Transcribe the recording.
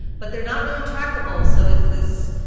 but they're not really trackable, so it's this.